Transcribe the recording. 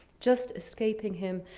just escaping him,